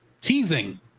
teasing